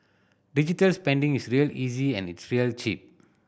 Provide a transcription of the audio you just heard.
digital spending is real easy and it's real cheap